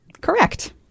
correct